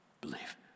believe